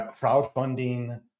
crowdfunding